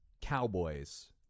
Cowboys